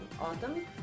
autumn